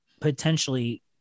potentially